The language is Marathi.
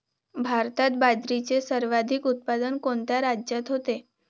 भारतात बाजरीचे सर्वाधिक उत्पादन कोणत्या राज्यात होते?